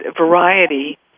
variety